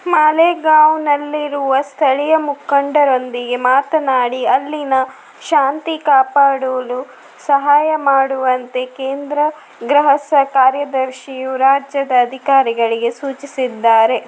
ಮಾಲೇಗಾಂವ್ನಲ್ಲಿರುವ ಸ್ಥಳೀಯ ಮುಖಂಡರೊಂದಿಗೆ ಮಾತನಾಡಿ ಅಲ್ಲಿನ ಶಾಂತಿ ಕಾಪಾಡಲು ಸಹಾಯ ಮಾಡುವಂತೆ ಕೇಂದ್ರ ಗೃಹ ಕಾರ್ಯದರ್ಶಿಯು ರಾಜ್ಯದ ಅಧಿಕಾರಿಗಳಿಗೆ ಸೂಚಿಸಿದ್ದಾರೆ